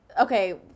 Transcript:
okay